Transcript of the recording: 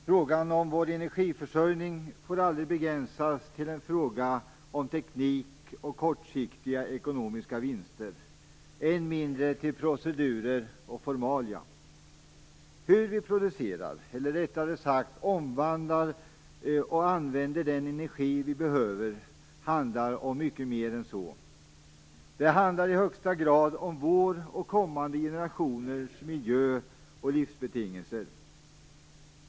Fru talman! Frågan om vår energiförsörjning får aldrig begränsas till en fråga om teknik och kortsiktiga ekonomiska vinster, än mindre till procedurer och formalia. Hur vi producerar eller, rättare sagt, omvandlar och använder den energi vi behöver handlar om mycket mer än så. Det handlar i högsta grad om vår och kommande generationers miljö och livsbetingelser.